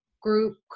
group